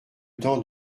temps